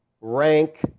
rank